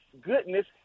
goodness